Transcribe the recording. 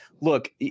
Look